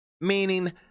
Meaning